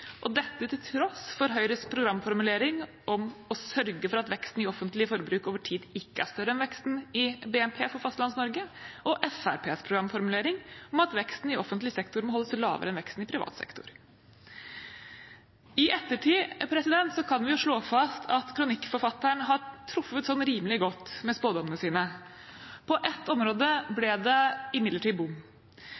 og dette til tross for Høyres programformulering om å sørge for at veksten i offentlig forbruk over tid ikke er større enn veksten i BNP for Fastlands-Norge, og Fremskrittspartiets programformulering om at veksten i offentlig sektor må holdes lavere enn veksten i privat sektor. I ettertid kan vi slå fast at kronikkforfatteren har truffet rimelig godt med spådommene sine. På ett område ble